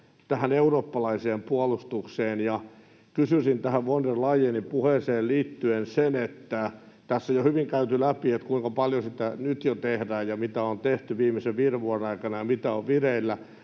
tähän eurooppalaiseen puolustukseen ja kysyisin tähän von der Leyenin puheeseen liittyen: tässä on jo hyvin käyty läpi, kuinka paljon sitä nyt jo tehdään ja mitä on tehty viimeisen viiden vuoden aikana ja mitä on vireillä,